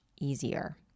easier